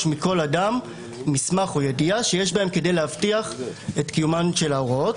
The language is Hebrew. מכל אדם מסמך או ידיעה שיש בהם כדי להבטיח את קיומן של ההוראות.